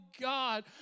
God